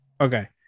Okay